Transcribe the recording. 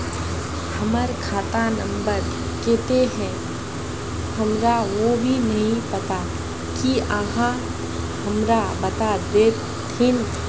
हमर खाता नम्बर केते है हमरा वो भी नहीं पता की आहाँ हमरा बता देतहिन?